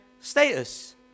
status